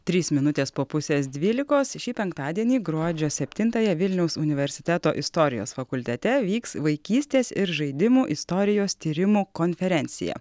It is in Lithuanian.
trys minutės po pusės dvylikos šį penktadienį gruodžio septintąją vilniaus universiteto istorijos fakultete vyks vaikystės ir žaidimų istorijos tyrimų konferencija